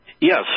Yes